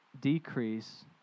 decrease